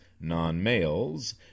non-males